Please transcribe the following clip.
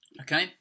okay